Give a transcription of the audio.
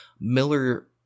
miller